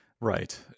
right